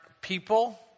people